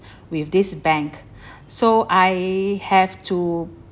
with this bank so I have to